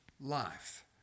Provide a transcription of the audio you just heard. life